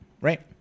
Right